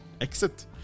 Exit